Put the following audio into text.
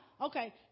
okay